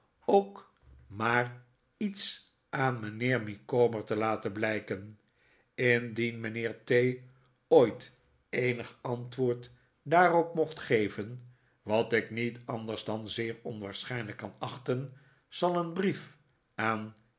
ook maar iets aan mijnheer micawber te laten blijken indien mijnheer t ooit eenig antwoord daarop mocht geven wat ik niet anders dan zeer onwaarschijnlijk kan achten zal een brief aan